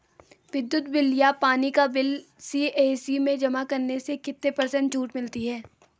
विद्युत बिल या पानी का बिल सी.एस.सी में जमा करने से कितने पर्सेंट छूट मिलती है?